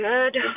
Good